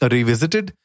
Revisited